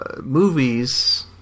movies